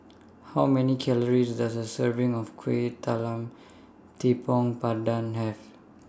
How Many Calories Does A Serving of Kuih Talam Tepong Pandan Have